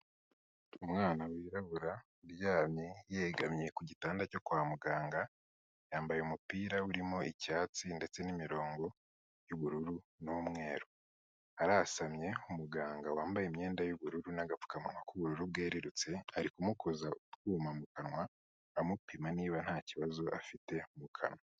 Umwana wirabura, uryamye yegamiye ku gitanda cyo kwa muganga, yambaye umupira urimo icyatsi ndetse n'imirongo y'ubururu n'umweru. Arasamye, umuganga wambaye imyenda y'ubururu n'agapfukamuwa k'ubururu bwererutse, ari kumukoza utwuma mu kanwa, amupima niba nta kibazo afite mu kanwa.